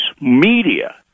media